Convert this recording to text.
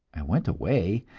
i went away,